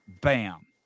Bam